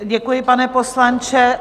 Děkuji, pane poslanče.